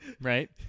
Right